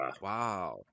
wow